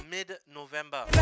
Mid-November